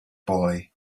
boy